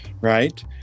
Right